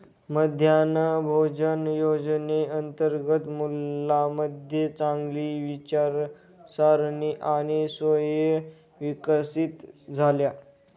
मध्यान्ह भोजन योजनेअंतर्गत मुलांमध्ये चांगली विचारसारणी आणि सवयी विकसित झाल्या